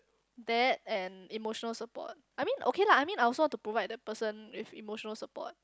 that and emotional support I mean okay lah I mean I also want to provide the person with emotional support